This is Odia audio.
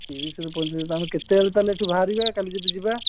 ତିରିଶରୁ ପଇଁତିରିଶ ଆମେ କେତେବେଳେ ତା'ହେଲେ ଏଠୁ ବାହାରିବା କାଲି ଯଦି ଯିବା